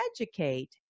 educate